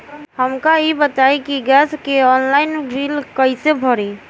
हमका ई बताई कि गैस के ऑनलाइन बिल कइसे भरी?